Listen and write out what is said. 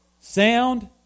sound